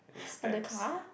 but the car